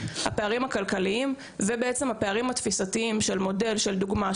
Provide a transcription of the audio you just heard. הפערים הכלכליים והפערים התפיסתיים של מודל ודוגמה,